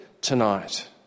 tonight